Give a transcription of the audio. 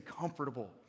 comfortable